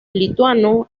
lituano